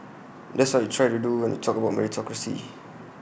that's what we try to do and we talked about meritocracy